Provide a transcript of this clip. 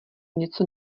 něco